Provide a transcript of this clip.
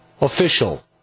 official